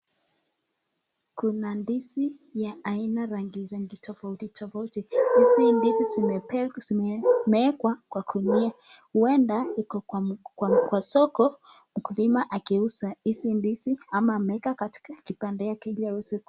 Kuna ndizi ya aina rangi tofauti tofauti, hizi ndizi zimewekwa kwa gunia, huenda ziko kwa soko mkulima akiuza hizi ndizi ama ameeka katika kibanda yake ili aweze ku...